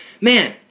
man